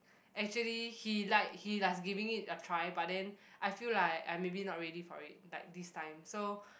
actually he like he like giving it a try but then I feel like I maybe not ready for it like this time so